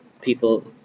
people